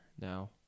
now